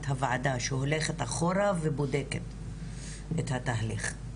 הוועדה שהולכת אחורה ובודקת את התהליך.